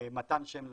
מתן שם ליילוד,